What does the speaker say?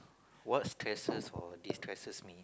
what stresses or destresses me